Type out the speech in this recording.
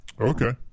Okay